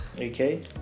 Okay